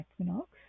equinox